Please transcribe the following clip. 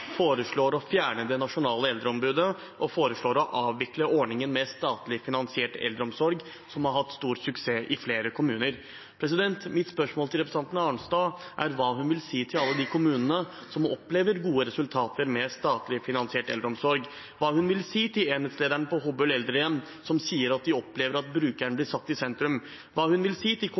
foreslår å fjerne det nasjonale eldreombudet og foreslår å avvikle ordningen med statlig finansiert eldreomsorg, som har hatt stor suksess i flere kommuner. Mitt spørsmål til representanten Arnstad er: Hva vil hun si til alle de kommunene som opplever gode resultater med statlig finansiert eldreomsorg, hva vil hun si til enhetslederen på Hobøl eldrehjem, som sier at de opplever at brukeren blir satt i sentrum, hva vil hun si til